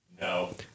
No